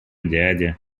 дядя